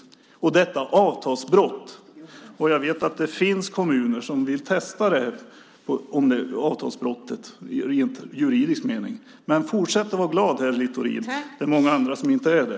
Det här är ett avtalsbrott. Jag vet att det finns kommuner som vill testa om detta är ett avtalsbrott i rent juridisk mening. Men fortsätt att vara glad, herr Littorin! Det är många andra som inte är det.